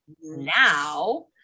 now